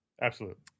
Absolute